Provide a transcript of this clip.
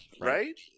Right